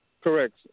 Correct